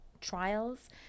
trials